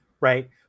right